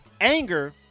anger